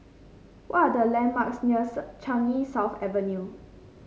what are the landmarks near Changi South Avenue